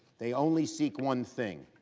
they only seek one thing.